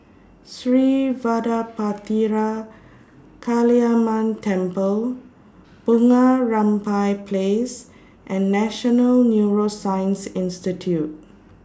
Sri Vadapathira Kaliamman Temple Bunga Rampai Place and National Neuroscience Institute